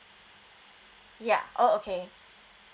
ya oh okay